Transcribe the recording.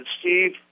Steve